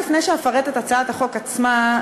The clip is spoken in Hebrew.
לפני שאפרט את הצעת החוק עצמה,